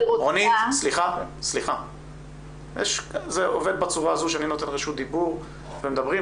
זה עובד בצורה הזאת שאני נותן רשות דיבור ומדברים,